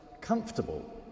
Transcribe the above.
comfortable